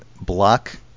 block